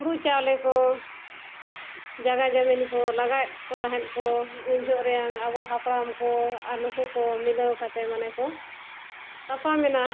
ᱦᱩᱲᱩ ᱪᱟᱣᱞᱮ ᱠᱚ ᱡᱟᱭᱜᱟ ᱡᱚᱢᱤᱱ ᱠᱚ ᱞᱟᱜᱟᱭᱮᱫ ᱠᱚ ᱛᱟᱦᱮᱸᱫᱚ ᱠᱚ ᱩᱱᱡᱚᱠᱷᱚᱱ ᱨᱮᱭᱟᱜ ᱟᱵᱚ ᱦᱟᱯᱲᱟᱢ ᱠᱚ ᱟᱨ ᱱᱩᱠᱩ ᱠᱚ ᱢᱤᱞᱟᱹᱣ ᱠᱟᱛᱮ ᱢᱟᱱᱮ ᱠᱚ ᱛᱟᱯᱟᱢᱮᱱᱟ